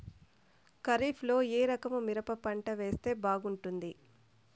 ఖరీఫ్ లో ఏ రకము మిరప పంట వేస్తే బాగుంటుంది